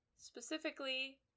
specifically